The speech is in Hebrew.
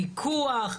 פיקוח,